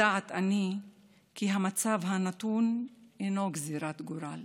יודעת אני כי המצב הנתון אינו גזרת גורל